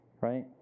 Right